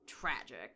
tragic